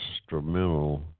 instrumental